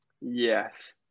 yes